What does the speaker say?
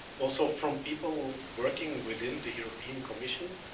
also from people working within the european commission,